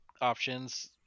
options